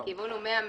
הכיוון הוא 100 ו-180,